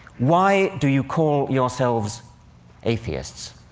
why do you call yourselves atheists?